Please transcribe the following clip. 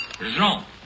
Jean